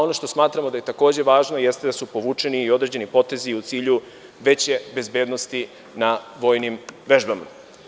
Ono što smatramo da je takođe važno, jeste da su povučeni i određeni potezi u cilju veće bezbednosti na vojnim vežbama.